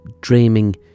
Dreaming